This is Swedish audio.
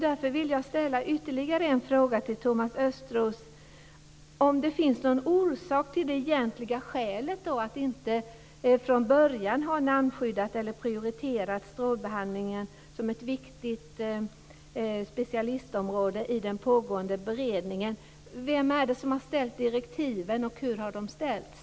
Därför vill jag ställa ytterligare en fråga till Thomas Östros: Finns det något skäl till att inte från början prioritera strålbehandlingen som ett viktigt specialistområde i den pågående beredningen? Vem är det som har gett direktiven och hur har de utformats?